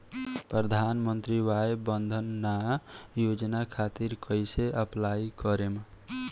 प्रधानमंत्री वय वन्द ना योजना खातिर कइसे अप्लाई करेम?